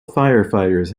firefighters